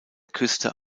küste